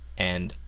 and,